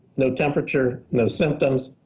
no temperature, no symptoms,